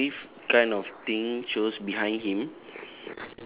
ya there's a wave kind of thing shows behind him